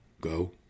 Go